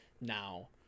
now